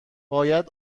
باید